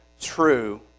true